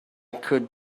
could